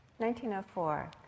1904